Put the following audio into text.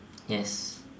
yes